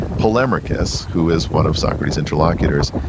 polemarchus, who is one of socrates' interlocutors,